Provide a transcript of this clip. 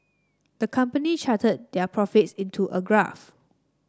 the company charted their profits into a graph